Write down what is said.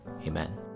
Amen